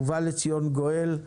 ובא לציון גואל.